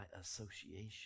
association